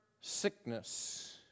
sickness